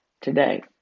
today